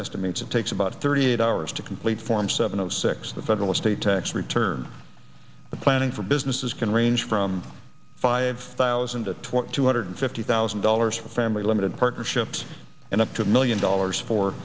estimates it takes about thirty eight hours to complete form seven o six the federal estate tax return the planning for businesses can range from five thousand two hundred fifty thousand dollars for a family limited partnerships and up to a million dollars for